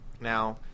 Now